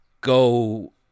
go